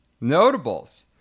Notables